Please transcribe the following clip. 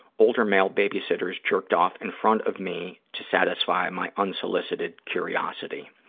older male babysitters jerked off in front of me to satisfy my unsolicited curiosity.